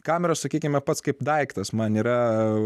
kamera sakykime pats kaip daiktas man yra